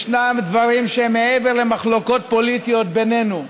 ישנם דברים שהם מעבר למחלוקות פוליטיות בינינו.